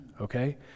okay